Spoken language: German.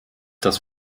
das